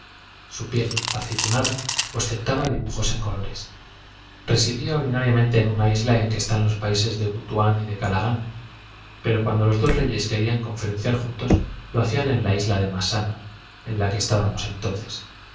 su piel aceitunada ostentaba dibujos en colores residía ordinariamente en una isla en que están los países de butuán y de cala pero cuando los dos reyes querían conferenciar juntos lo hacían en la isla de massana en la que estábamos entonces